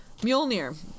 Mjolnir